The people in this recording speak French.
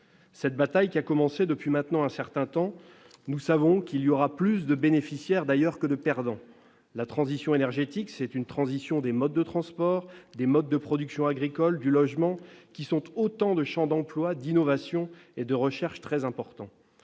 Cette bataille a commencé depuis maintenant un certain temps ; nous savons qu'elle comptera plus de bénéficiaires que de perdants. La transition énergétique est une transition des modes de transport, des modes de production agricole, du logement : autant de champs d'emploi, d'innovation et de recherche très importants.